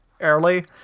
early